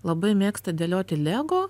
labai mėgsta dėlioti lego